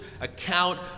account